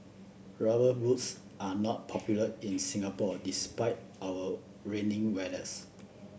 rubber boots are not popular in Singapore despite our rainy weathers